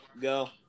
go